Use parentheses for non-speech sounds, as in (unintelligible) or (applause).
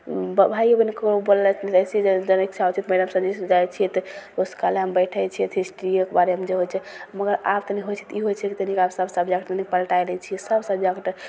भाइ लोक कोइ बोललक अएसे जाइ ले जब इच्छा होइ छै तब (unintelligible) जाइ छिए तब पुस्तकालयमे बैठै छिए तऽ हिस्ट्रिएके बारेमे जे होइ छै मगर आब तनि होइ छै जे तनि ई होइ छै जे सब सबजेक्ट आब पलटै लै छिए सब सबजेक्ट